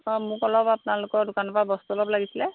অঁ মোক অলপ আপোনালোকৰ দোকানৰ পৰা বস্তু অলপ লাগিছিলে